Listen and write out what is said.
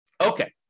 Okay